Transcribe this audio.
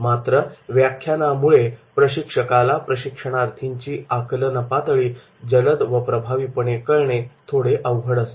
मात्र व्याख्यानामुळे प्रशिक्षकाला प्रशिक्षणार्थींची आकलन पातळी जलद व प्रभावीपणे कळणे थोडे अवघड असते